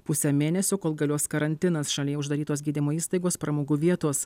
pusę mėnesio kol galios karantinas šalyje uždarytos gydymo įstaigos pramogų vietos